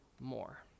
more